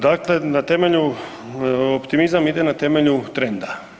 Dakle na temelju, optimizam ide na temelju trenda.